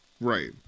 Right